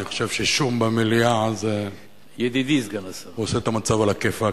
אני חושב ששום במליאה זה עושה את המצב עלא כיפאק.